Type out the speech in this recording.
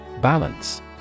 Balance